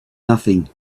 nothing